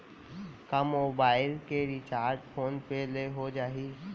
का मोबाइल के recharge phone पे ले हो जाही?